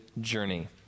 journey